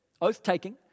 oath-taking